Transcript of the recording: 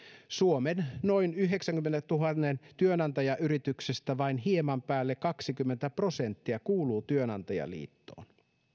suomen noin yhdeksästäkymmenestätuhannesta työnantajayrityksestä vain hieman päälle kaksikymmentä prosenttia kuuluu työnantajaliittoon